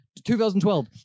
2012